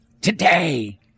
Today